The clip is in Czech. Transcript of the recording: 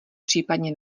případně